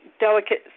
delicate